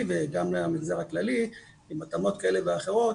וגם למגזר הכללי עם התאמות כאלה ואחרות.